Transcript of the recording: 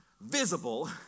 visible